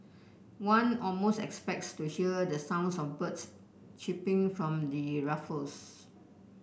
one almost expects to hear the sounds of birds chirping from the rafters